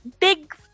big